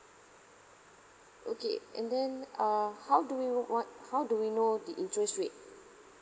okay and then uh how do we move on how do we know the interest rate